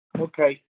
okay